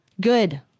Good